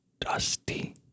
Dusty